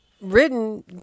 written